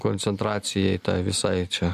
koncentracijai tai visai čia